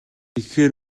тэгэхээр